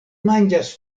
manĝas